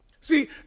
See